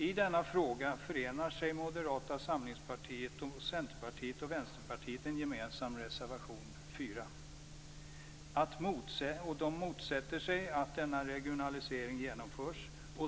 I denna fråga förenar sig Moderata samlingspartiet, Centerpartiet och Vänsterpartiet i en gemensam reservation, nr 4. Man motsätter sig att denna regionalisering genomförs.